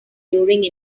during